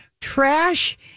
trash